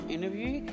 Interview